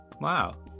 Wow